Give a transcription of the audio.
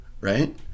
right